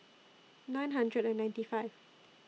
nine hundred and ninety five